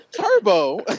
Turbo